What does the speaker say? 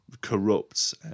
corrupts